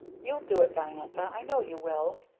you'll do it, diantha, i know you will,